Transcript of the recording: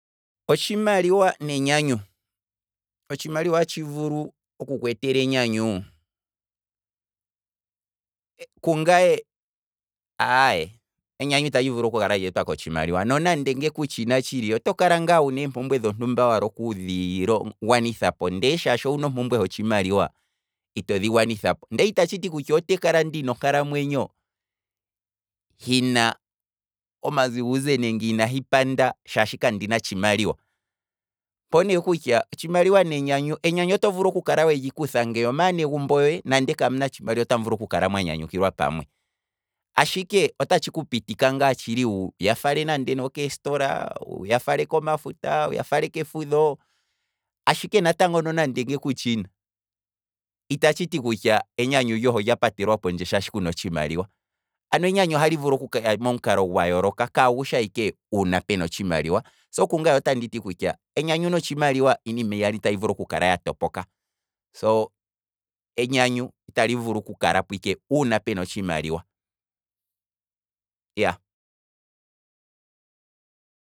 Otshimaliwa nenyanyu, otshimaliwa atshi vulu tuu oku kweetela enyanyu? Kungaye ayeee, enyanyu itali vulu kukala lyeetwa kotshimaliwa nonande ngele kutshina oto kala wuna eembumbwe dhimwe wapumbwa okudhi gwanitha po, ndee shaashi owuna ompumbwe yotshimaliwa, ndele itatshiti kutya otekala ndina onkalamwenyo hina omaziguze nenge inahi panda shaashi kandina otshimaliwa, opo ne kutya, otshimaliwa nenyanyu, enyanyu oto vulu okukala weli kutha onga omaanegumbo yohe nande kamuna tshimaliwa otamu vulu oku kala mwa nyanyukilwa pamwe, ashike otatshi kupitika nga wuya fale nande okeesitola, wuya fale komafuta, wuya fale kefudho, ashike nonande kutshina, ita tshiti kutya enyanyu lyohe olya patelwa pondje shaashi kuna otshimaliwa, ano enyanyu ohali vulu kuya momukalo gwa yooloka kaagushi ike uuna pena otshimaliwa, so, kungaye otandi ti enyanyu notshimaliwa iinima yili iyali tayi vulu kukala ya topoka, so, enyanyu itali vulu ku kalapo ike uuna pena otshimaliwa, iyaa.